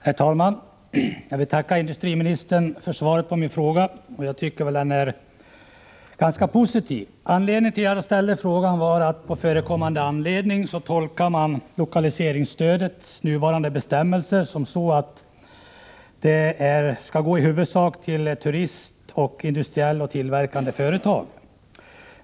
Herr talman! Jag vill tacka industriministern för svaret på min fråga. Jag tycker att svaret är ganska positivt. Orsaken till att jag ställde frågan är att man på förekommen anledning tolkar lokaliseringsstödets nuvarande bestämmelser så, att det skall gå i huvudsak till turistföretag samt industriell verksamhet och tillverkande företag.